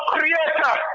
Creator